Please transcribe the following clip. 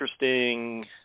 interesting